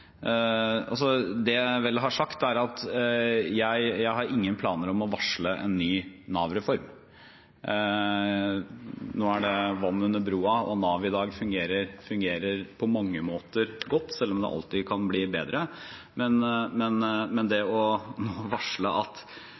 Det jeg vel har sagt, er at jeg har ingen planer om å varsle en ny Nav-reform. Nå er det vann under broen, og Nav fungerer på mange måter godt i dag, selv om det alltid kan bli bedre. Men å varsle at man skal, som den gang, sitte enten på Stortinget eller i departementet og tro at